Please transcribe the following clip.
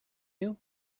you